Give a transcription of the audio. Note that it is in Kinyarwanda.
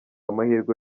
amahirwe